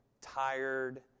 tired